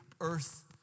earth